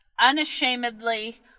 unashamedly